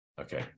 Okay